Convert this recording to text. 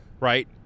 right